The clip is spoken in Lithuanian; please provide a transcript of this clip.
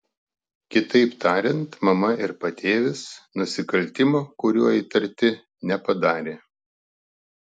kitaip tariant mama ir patėvis nusikaltimo kuriuo įtarti nepadarė